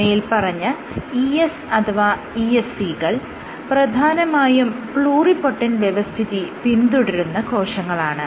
മേല്പറഞ്ഞ ES അഥവാ ESC കൾ പ്രധാനമായും പ്ലൂറിപൊട്ടൻറ് വ്യവസ്ഥിതി പിന്തുടരുന്ന കോശങ്ങളാണ്